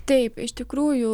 taip iš tikrųjų